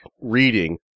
reading